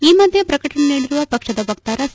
ಈ ಮಧ್ಯೆ ಪ್ರಕಟಣೆ ನೀಡಿರುವ ಪಕ್ಷದ ವಕ್ತಾರ ಸಿ